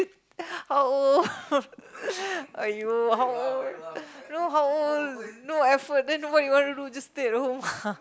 how old !aiyo! how old no how old no effort then what you wanna do just stay at home ah